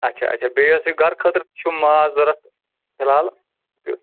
آچھا آچھا بیٚیہِ ٲسۍ یہِ گَھرٕ خٲطرٕ چھُم ماز ضروٗرت فی الحال یہِ